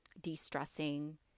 de-stressing